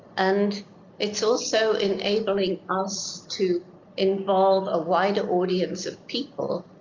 and it's also enabling us to involve a wider audience of people.